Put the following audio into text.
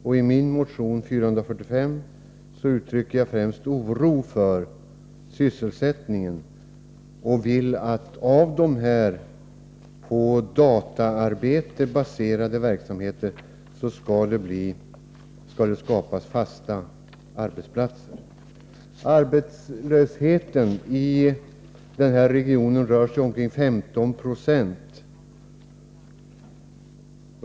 I min motion 445 uttrycker jag främst oro för sysselsättningen och vill att av dessa på dataarbete baserade verksamheter skall skapas fasta arbetsplatser. Arbetslösheten i den här regionen rör sig om 15 96.